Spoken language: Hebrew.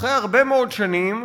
אחרי הרבה מאוד שנים,